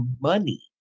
money